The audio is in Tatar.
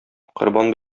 корбан